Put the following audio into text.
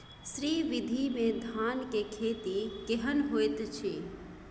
श्री विधी में धान के खेती केहन होयत अछि?